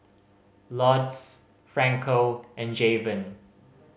Lourdes Franco and Javen